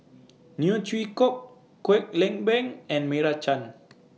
Neo Chwee Kok Kwek Leng Beng and Meira Chand